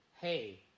Hey